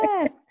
Yes